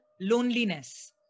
loneliness